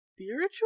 spiritual